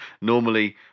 Normally